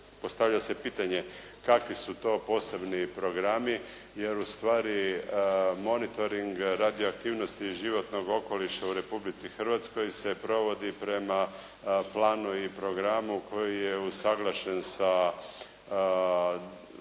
postavlja se pitanje kakvi su to posebni programi, jer u stvari monitoring radioaktivnosti životnog okoliša u Republici Hrvatskoj se provodi prema planu i programu koji je usuglašen sa